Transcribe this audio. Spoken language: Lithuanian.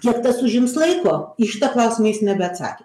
kiek tas užims laiko į šitą klausimą jis nebeatsakė